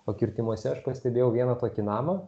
o kirtimuose aš pastebėjau vieną tokį namą